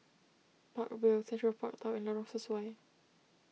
Park Vale Central Park Tower and Lorong Sesuai